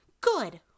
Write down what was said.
Good